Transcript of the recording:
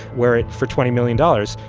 where it, for twenty million dollars,